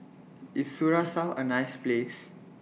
IS Curacao A nice Place